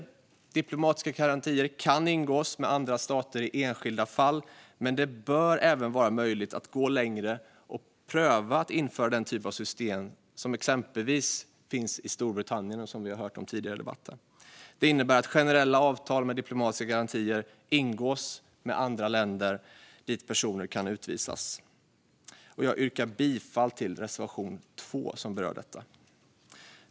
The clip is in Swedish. Överenskommelser om diplomatiska garantier kan ingås med andra stater i enskilda fall, men det bör även vara möjligt att gå längre och pröva att införa den typ av system som finns i till exempel Storbritannien och som vi hört om tidigare i debatten. Det innebär att generella avtal med diplomatiska garantier ingås med andra länder dit personer kan utvisas. Jag yrkar bifall till reservation 2, som berör detta.